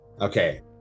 Okay